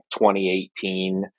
2018